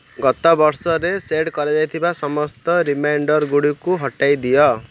ଗତବର୍ଷରେ set କରାଯାଇଥିବା ସମସ୍ତ reminder ଗୁଡ଼ିକୁ ହଟାଇ ଦିଅ